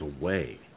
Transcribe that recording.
away